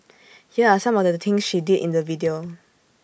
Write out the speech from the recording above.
here are some of the things she did in the video